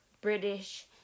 British